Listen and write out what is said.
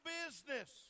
business